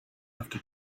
after